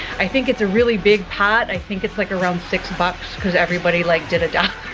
i think it's a really big pot, i think it's like around six bucks, cause everybody like, did a dollar.